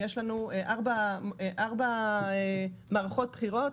היו לנו ארבע מערכות בחירות,